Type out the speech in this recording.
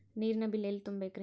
ನೇರಿನ ಬಿಲ್ ಎಲ್ಲ ತುಂಬೇಕ್ರಿ?